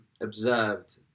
observed